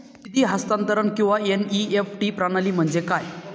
निधी हस्तांतरण किंवा एन.ई.एफ.टी प्रणाली म्हणजे काय?